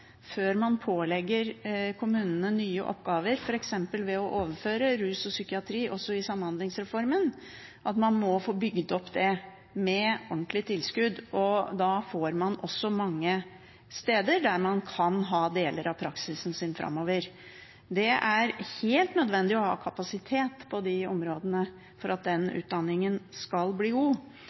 før man pålegger kommunene nye oppgaver, f.eks. ved å overføre rus og psykiatri også i samhandlingsreformen. Man må få bygd opp det med ordentlige tilskudd, og da får man mange steder der man kan ha deler av praksisen sin framover. Det er helt nødvendig å ha kapasitet på de områdene for at den utdanningen skal bli god.